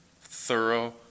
thorough